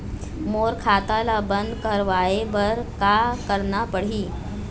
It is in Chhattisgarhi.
मोर खाता ला बंद करवाए बर का करना पड़ही?